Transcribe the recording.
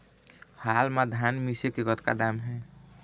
हाल मा धान मिसे के कतका दाम हे?